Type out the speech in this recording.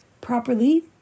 properly